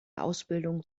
ausbildung